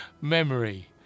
memory